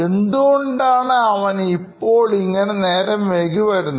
എന്തുകൊണ്ടാണ് അവൻ ഇപ്പോൾ ഇങ്ങനെ നേരം വൈകി വരുന്നത്